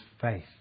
faith